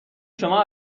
شما